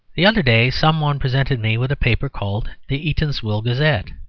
the other day some one presented me with a paper called the eatanswill gazette.